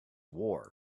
war